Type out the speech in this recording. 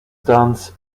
stands